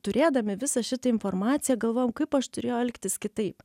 turėdami visą šitą informaciją galvojam kaip aš turėjau elgtis kitaip